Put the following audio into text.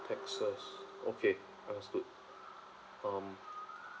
taxes okay understood um